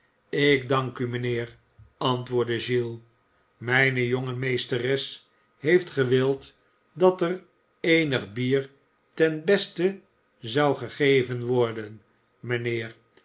ik dank u mijnheer antwoordde giles mijne jonge meesteres heeft gewild dat er eenig bier ten beste zou gegeven worden mijnheer